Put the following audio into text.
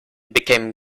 became